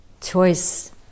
choice